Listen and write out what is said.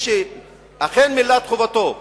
מי שכן מילא את חובתו,